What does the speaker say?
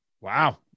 Wow